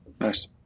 Nice